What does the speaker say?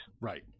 Right